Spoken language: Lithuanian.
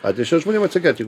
atneši žmonėm atsigert jeigu